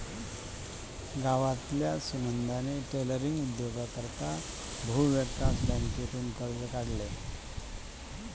गावमझारली सुनंदानी टेलरींगना उद्योगनी करता भुविकास बँकनं कर्ज काढं